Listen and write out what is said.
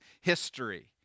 history